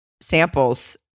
samples